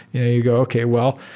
yeah you go, okay. well,